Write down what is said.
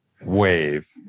wave